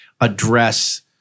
address